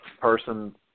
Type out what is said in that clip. person –